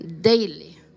daily